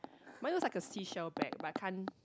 mine looks like a seashell bag but I can't